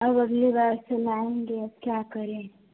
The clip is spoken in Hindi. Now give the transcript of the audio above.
अब अगली बार सुनाएंगे अब क्या करें